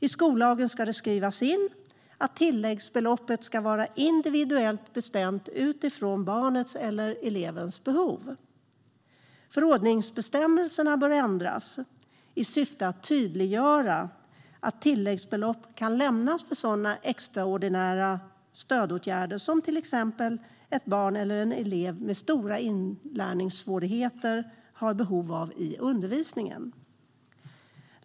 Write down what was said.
I skollagen ska det skrivas in att tilläggsbeloppet ska vara individuellt bestämt utifrån barnets eller elevens behov. Förordningsbestämmelserna bör ändras i syfte att tydliggöra att tilläggsbelopp kan lämnas också för sådana extraordinära stödåtgärder som till exempel ett barn eller en elev med stora inlärningssvårigheter har behov av i undervisningen.